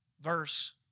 verse